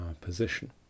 position